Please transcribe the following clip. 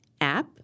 app